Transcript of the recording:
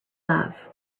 love